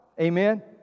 Amen